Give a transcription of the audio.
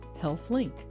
HealthLink